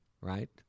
Right